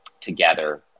together